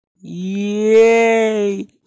yay